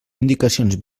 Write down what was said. indicacions